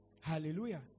Hallelujah